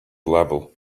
level